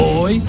Boy